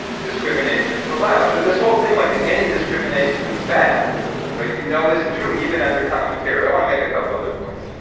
discrimination is allowed. so, this whole thing like, that any discrimination is bad right, you know isn't true. even under common carrier. i want to make a couple other points.